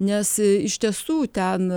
nes iš tiesų ten